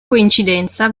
coincidenza